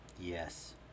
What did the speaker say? Yes